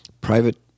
private